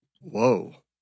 Whoa